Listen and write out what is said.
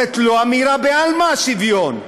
זאת לא אמירה בעלמא, השוויון.